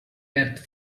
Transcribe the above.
earth